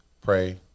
Pray